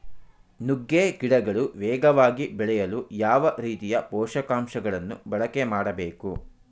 ನುಗ್ಗೆ ಗಿಡಗಳು ವೇಗವಾಗಿ ಬೆಳೆಯಲು ಯಾವ ರೀತಿಯ ಪೋಷಕಾಂಶಗಳನ್ನು ಬಳಕೆ ಮಾಡಬೇಕು?